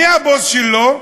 מי הבוס שלו?